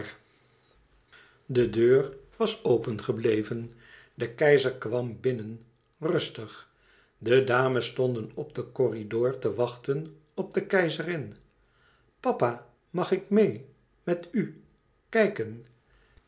de deur was open gebleven de keizer kwam binnen rustig de dames stonden op den corridor te wachten op de keizerin papa mag ik meê met u kijken